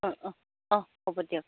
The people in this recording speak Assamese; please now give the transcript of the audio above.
অঁ অঁ অঁ হ'ব দিয়ক